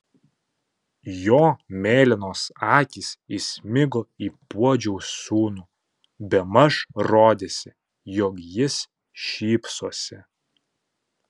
jo mėlynos akys įsmigo į puodžiaus sūnų bemaž rodėsi jog jis šypsosi